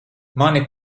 mani